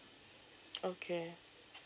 okay